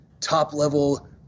top-level